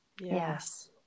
yes